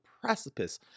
precipice